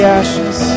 ashes